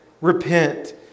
repent